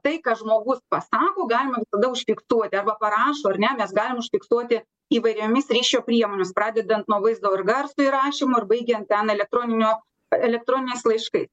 tai ką žmogus pasako galima visada užfiksuoti arba parašo ar ne mes galim užfiksuoti įvairiomis ryšio priemonėmis pradedant nuo vaizdo ir garso įrašymo ir baigiant ten elektroninio elektroniniais laiškai